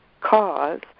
cause